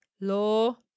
law